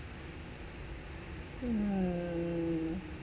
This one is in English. hmm